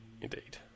Indeed